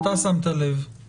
לא אתה שמת לב.